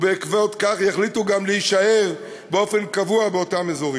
ובעקבות זאת יחליטו גם להישאר באופן קבוע באותם אזורים.